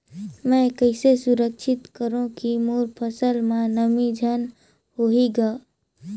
मैं कइसे सुरक्षित करो की मोर फसल म नमी झन होही ग?